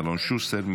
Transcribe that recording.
אלון שוסטר,